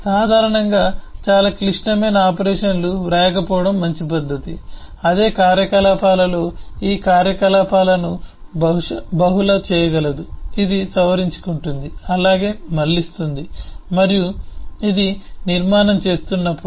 సాధారణంగా చాలా క్లిష్టమైన ఆపరేషన్లను వ్రాయకపోవడం మంచి పద్ధతి అదే కార్యకలాపాలలో ఈ కార్యకలాపాలను బహుళ చేయగలదు ఇది సవరించుకుంటుంది అలాగే మళ్ళిస్తుంది మరియు ఇది నిర్మాణం చేస్తున్నప్పుడు